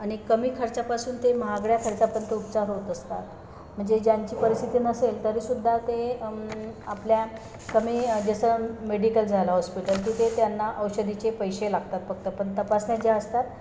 आणि कमी खर्चापासून ते महागड्या खर्चापंत उपचार होत असतात म्हणजे ज्यांची परिस्थिती नसेल तरीसुद्धा ते आपल्या कमी जसं मेडिकल झाला हॉस्पिटल तिथे त्यांना औषधाचे पैसे लागतात फक्त पण तपासण्या ज्या असतात